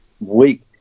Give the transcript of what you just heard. weak